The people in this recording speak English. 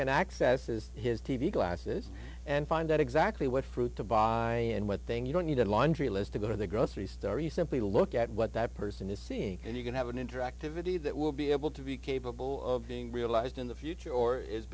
can access is his t v glasses and find out exactly what fruit to buy and what then you don't need a laundry list to go to the grocery store you simply look at what that person is seeing and you can have an interactivity that will be able to be capable of being realized in the future or is